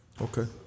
Okay